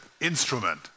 instrument